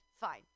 Fine